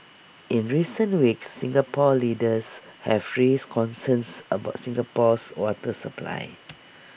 in recent weeks Singapore leaders have raised concerns about Singapore's water supply